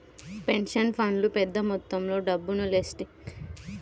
pension ఫండ్లు పెద్ద మొత్తంలో డబ్బును లిస్టెడ్ ప్రైవేట్ కంపెనీలలో పెట్టుబడులు పెడతారు